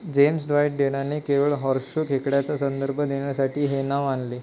James ड्रॉईट डेनाने केवळ हॉर्स शू खेकड्याचा संदर्भ देण्यासाठी हे नाव आणले